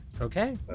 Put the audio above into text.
Okay